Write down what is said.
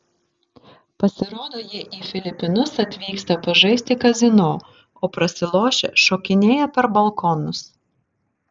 pasirodo jie į filipinus atvyksta pažaisti kazino o prasilošę šokinėja per balkonus